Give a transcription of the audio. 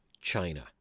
China